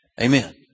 Amen